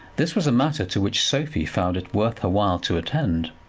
this was a matter to which sophie found it worth her while to attend,